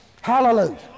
Hallelujah